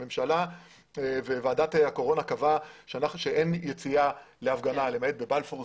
הממשלה וועדת הקורונה קבעה שאין יציאה להפגנה למעט בבלפור,